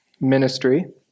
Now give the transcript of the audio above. ministry